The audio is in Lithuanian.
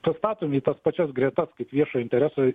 pastatomi į tas pačias gretas kaip viešo intereso